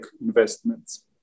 investments